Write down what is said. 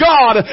God